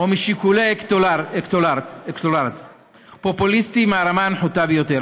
או משיקולי אלקטורט פופוליסטי מהרמה הנחותה ביותר.